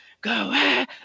go